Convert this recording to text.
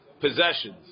possessions